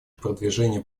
продвижение